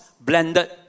blended